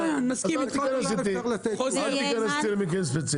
אך תיכנס למקרים ספציפיים.